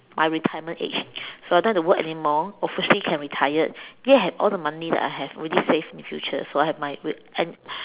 my retirement age so I don't have to work anymore obviously can retired yet have all the money that I have already saved in the future so I have my and